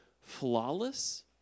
flawless